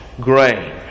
grain